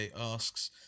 asks